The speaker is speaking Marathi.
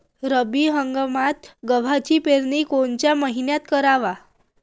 रब्बी हंगामात गव्हाची पेरनी कोनत्या मईन्यात कराव?